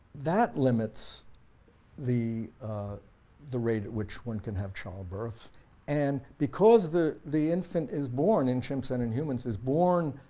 that limits the the rate at which one can have childbirth and because the the infant is born in chimps and in humans, is born